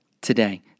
Today